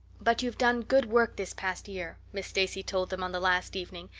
but you've done good work this past year, miss stacy told them on the last evening,